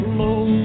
low